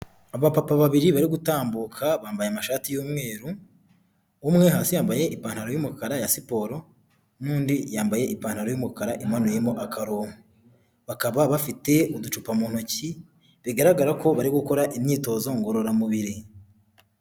Abapapa babiri bari gutambuka bambaye amashati y'umweru, umwe hasi yambaye ipantaro y'umukara ya siporo n'undi yambaye ipantaro y'umukara imanuyemo akaronko. Bakaba bafite uducupa mu ntoki, bigaragara ko bari gukora imyitozo ngororamubiri.